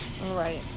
Right